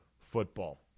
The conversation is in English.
football